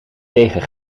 tegen